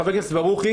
חבר הכנסת ברוכי,